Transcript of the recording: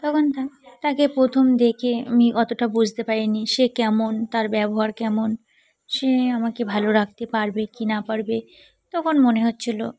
তখন তাকে তাকে প্রথম দেখে আমি অতটা বুঝতে পারিনি সে কেমন তার ব্যবহার কেমন সে আমাকে ভালো রাখতে পারবে কি না পারবে তখন মনে হচ্ছিল